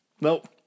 Nope